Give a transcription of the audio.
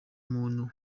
muntu